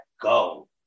go